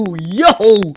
yo